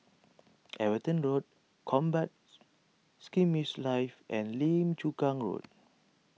Everton Road Combat Skirmish Live and Lim Chu Kang Road